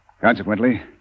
Consequently